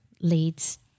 leads